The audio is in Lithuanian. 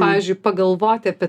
pavyzdžiui pagalvoti apie